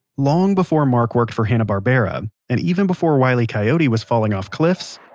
long before mark worked for hanna-barbera, and even before wile e coyote was falling off cliffs,